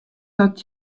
dat